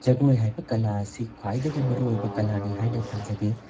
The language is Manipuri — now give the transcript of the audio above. ꯖꯒꯣꯏ ꯍꯥꯏꯕ ꯀꯂꯥ ꯑꯁꯤ ꯈ꯭ꯋꯥꯏꯗꯒꯤ ꯃꯔꯨꯑꯣꯏꯕ ꯀꯂꯥꯅꯤ ꯍꯥꯏꯅ ꯊꯝꯖꯒꯦ